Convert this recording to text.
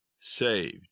saved